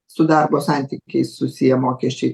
su darbo santykiais susiję mokesčiai